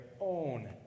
own